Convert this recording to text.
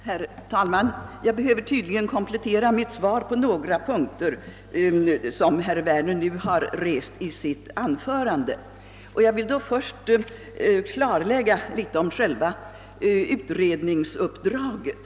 Herr talman! Jag behöver tydligen komplettera mitt svar på en del punkter som herr Werner nu tog upp. Då vill jag först göra några klarlägganden rörande utredningsuppdraget.